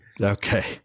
Okay